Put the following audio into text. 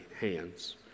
hands